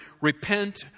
repent